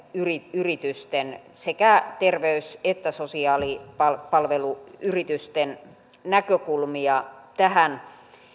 yritysten sekä terveys että sosiaalipalveluyritysten näkökulmia tähän